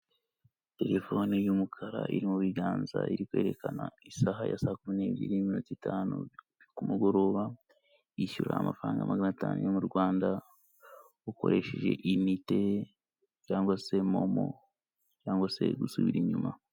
Terefone y'umukara iri mu biganza iri kwerekana isaha ya saa kumi n'ebyiri n'iminota itanu ku mugoroba, yishyura amafaranga magana atanu mu Rwanda ukoresheje inite cyangwa se Momo cyangwa se gusubira inyuma.